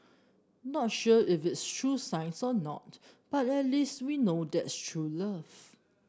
not sure if is true science or not but at least we know that's true love